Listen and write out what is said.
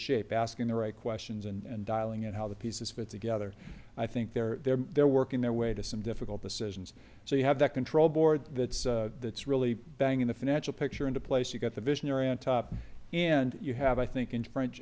shape asking the right questions and dialing it how the pieces fit together i think they're they're they're working their way to some difficult decisions so you have that control board that that's really banging the financial picture into place you've got the visionary on top and you have i think in french